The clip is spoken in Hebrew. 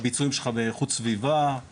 הבדיקות שלנו ושל רשות החשמל והחברות.